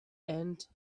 and